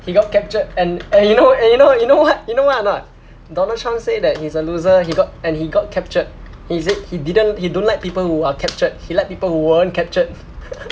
he got captured an~ and you know wha~ you know wha~ you know what or not donald trump said that he's a loser he got and he got captured he said he didn't he don't like people who are captured he liked people who weren't captured